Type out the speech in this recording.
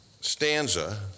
stanza